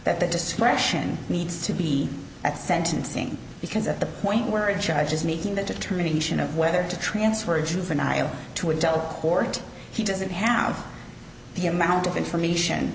that the discretion needs to be at sentencing because at the point where a charge is making the determination of whether to transfer a juvenile to a dell court he doesn't have the amount of information